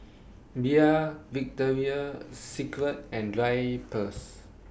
Bia Victoria Secret and Drypers